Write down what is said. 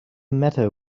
matter